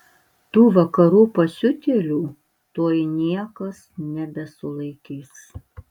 tų vakarų pasiutėlių tuoj niekas nebesulaikys